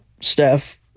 staff